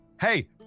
Hey